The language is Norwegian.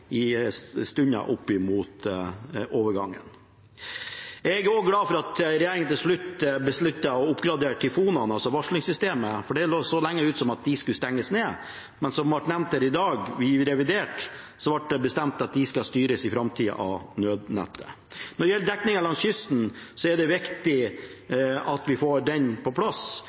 i tida opp mot overgangen. Jeg er også glad for at regjeringen til slutt besluttet å oppgradere tyfonene, altså varslingssystemene, for det så lenge ut til at de skulle stenges ned, men som nevnt her i dag, ble det i revidert bestemt at de i framtida skal styres av nødnettet. Når det gjelder dekningen langs kysten, er det viktig at vi får den på plass,